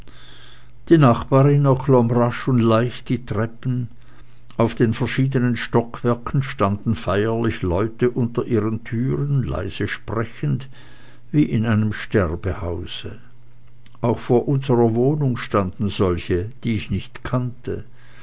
die nachbarin erklomm rasch und leicht die treppen auf den verschiedenen stockwerken standen feierlich leute unter ihren türen leise sprechend wie in einem sterbehause auch vor unserer wohnung standen solche die ich nicht kannte